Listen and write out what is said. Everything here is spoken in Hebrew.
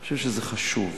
אני חושב שזה חשוב.